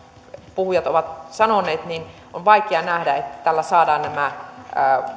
puhujat ovat sanoneet on vaikea nähdä että tällä saadaan haettua säästöä nämä